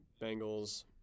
Bengals